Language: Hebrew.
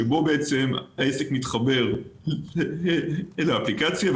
שבו העסק מתחבר לאפליקציה,